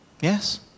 Yes